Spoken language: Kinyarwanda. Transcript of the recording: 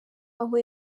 aho